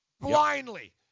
Blindly